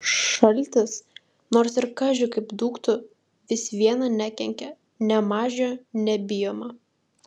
šaltis nors ir kaži kaip dūktų vis viena nekenkia nėmaž jo nebijoma